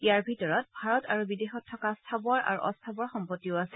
ইয়াৰ ভিতৰত ভাৰত আৰু বিদেশত থকা স্থাৱৰ আৰু অস্থাৱৰ সম্পত্তিও আছে